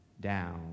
down